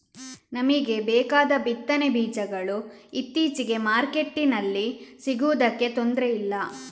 ನಮಿಗೆ ಬೇಕಾದ ಬಿತ್ತನೆ ಬೀಜಗಳು ಇತ್ತೀಚೆಗೆ ಮಾರ್ಕೆಟಿನಲ್ಲಿ ಸಿಗುದಕ್ಕೆ ತೊಂದ್ರೆ ಇಲ್ಲ